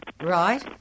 Right